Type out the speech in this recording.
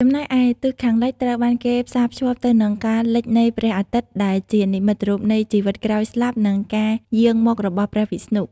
ចំណែកឯទិសខាងលិចត្រូវបានគេផ្សារភ្ជាប់ទៅនឹងការលិចនៃព្រះអាទិត្យដែលជានិមិត្តរូបនៃជីវិតក្រោយស្លាប់និងការយាងមករបស់ព្រះវិស្ណុ។